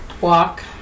walk